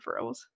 referrals